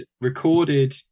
recorded